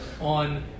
on